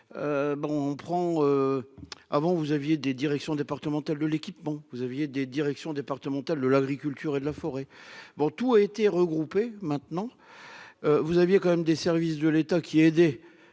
avant vous aviez des directions départementales de l'équipement, vous aviez des directions départementales de l'agriculture et de la forêt bon tout été regroupés maintenant vous aviez quand même des services de l'État qui aider